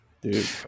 Dude